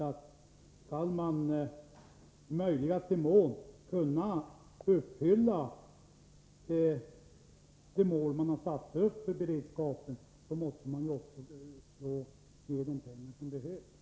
Om man i möjligaste mån skall kunna nå det mål man har satt upp för beredskapen, så måste man också tilldela de medel som behövs.